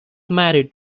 married